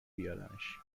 بیارمش